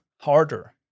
harder